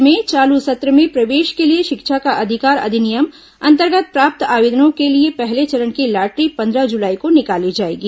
राज्य में चालू सत्र में प्रवेश के लिए शिक्षा का अधिकार अधिनियम अंतर्गत प्राप्त आवेदनों के लिए पहले चरण की लॉटरी पन्द्रह जुलाई को निकाली जाएगी